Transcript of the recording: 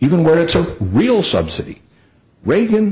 even where it's a real subsidy reagan